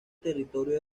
territorio